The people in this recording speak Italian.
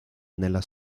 nella